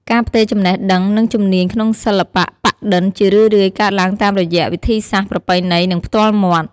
ការផ្ទេរចំណេះដឹង និងជំនាញក្នុងសិល្បៈប៉ាក់-ឌិន ជារឿយៗកើតឡើងតាមរយៈវិធីសាស្ត្រប្រពៃណី និងផ្ទាល់មាត់។